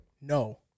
No